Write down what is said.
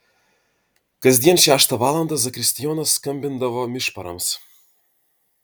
kasdien šeštą valandą zakristijonas skambindavo mišparams